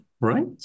right